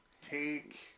Take